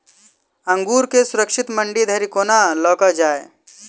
अंगूर केँ सुरक्षित मंडी धरि कोना लकऽ जाय?